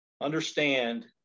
understand